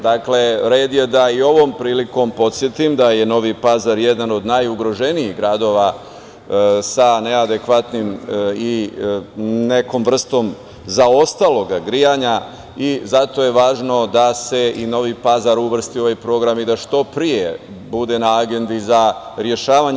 Dakle, red je da i ovom prilikom podsetim da je Novi Pazar jedan od najugroženijih gradova sa neadekvatnim i nekom vrstom zaostaloga grejanja i zato je važno da se Novi Pazar uvrsti u ovaj program što pre i da bude na agendi za rešavanje.